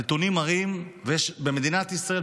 הנתונים מראים שבמדינת ישראל,